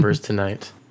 tonight